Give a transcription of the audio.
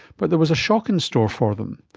but there was a shock in store for them.